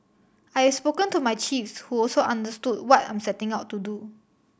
I have spoken to my chiefs who also understood what I'm setting out to do